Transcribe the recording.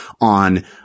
on